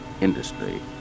industry